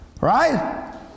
Right